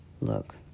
Look